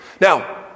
Now